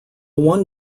one